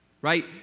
Right